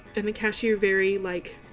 in the cashier very like